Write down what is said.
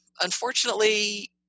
Unfortunately